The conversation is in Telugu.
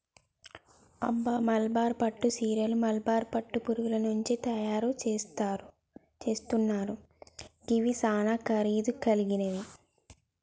అబ్బ మల్బరీ పట్టు సీరలు మల్బరీ పట్టు పురుగుల నుంచి తయరు సేస్తున్నారు గివి సానా ఖరీదు గలిగినవి